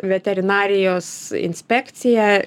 veterinarijos inspekcija